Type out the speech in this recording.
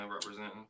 Representing